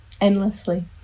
endlessly